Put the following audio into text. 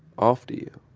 after you,